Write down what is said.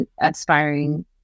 aspiring